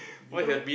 you know